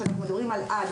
שאנחנו מדברים על "עד".